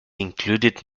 included